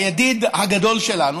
הידיד הגדול שלנו,